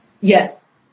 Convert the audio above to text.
Yes